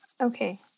Okay